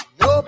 no